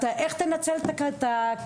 אתה איך תנצל את הכסף,